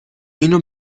اینو